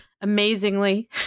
amazingly